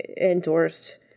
endorsed